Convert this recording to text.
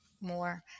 more